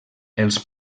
els